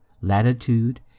latitude